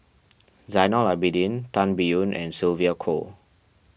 Zainal Abidin Tan Biyun and Sylvia Kho